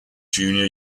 junior